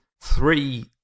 three